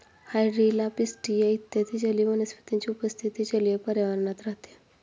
hydrilla, pistia इत्यादी जलीय वनस्पतींची उपस्थिती जलीय पर्यावरणात राहते